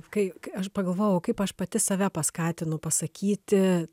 kai aš pagalvojau kaip aš pati save paskatinu pasakyti